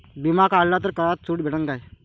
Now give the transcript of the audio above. बिमा काढला तर करात सूट भेटन काय?